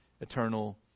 eternal